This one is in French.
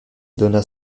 donna